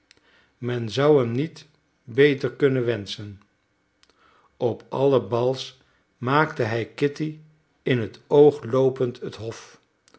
men zou hem niet beter kunnen wenschen op alle bals maakte hij kitty in het oog loopend het hof